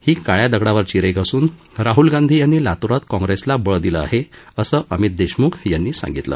ही काळ्या दगडा वरची रेघ असून राहल गांधी यांनी लात्रात काँग्रेसला बळ दिलं आहे असं अमित देशमुख यांनी सांगितलं